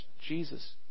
Jesus